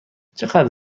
چقدر